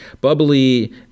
Bubbly